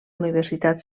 universitat